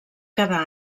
cada